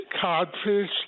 codfish